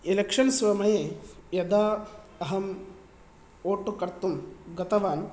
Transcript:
election समये यदा अहं वोट् कर्तुं गतवान्